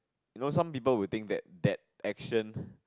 you know some people would think that that action